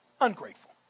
ungrateful